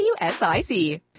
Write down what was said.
WSIC